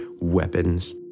weapons